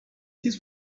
this